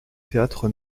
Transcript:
théâtre